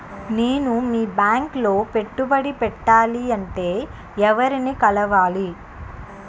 నేను మీ బ్యాంక్ లో పెట్టుబడి పెట్టాలంటే ఎవరిని కలవాలి?